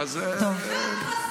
-- מה שאתם